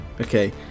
Okay